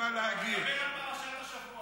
דבר על פרשת השבוע.